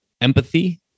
empathy